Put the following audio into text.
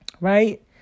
right